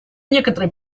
некоторый